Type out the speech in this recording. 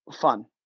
fun